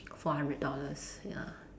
four hundred dollars ya